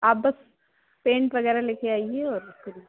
आप बस पेन्ट वग़ैरह लेकर आइए और फिर